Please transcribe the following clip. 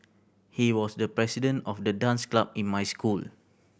he was the president of the dance club in my school